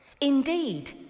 indeed